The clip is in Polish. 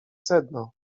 sedno